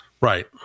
Right